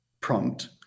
prompt